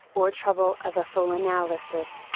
or trouble of a full analysis,